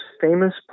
famous